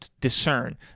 discern